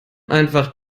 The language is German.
einfach